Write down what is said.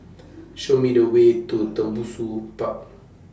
Show Me The Way to Tembusu Park